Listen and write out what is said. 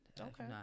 Okay